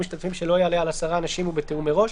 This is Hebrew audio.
משתתפים שלא יעלה על 10 אנשים ובתיאום מראש,